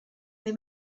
they